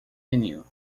mineiro